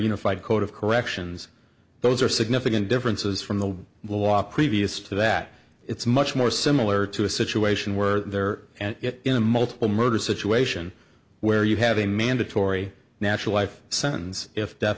unified code of corrections those are significant differences from the law previous to that it's much more similar to a situation where they're in a multiple murder situation where you have a mandatory natural life sentence if death